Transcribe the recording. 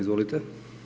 Izvolite.